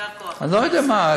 יישר כוח, אדוני השר.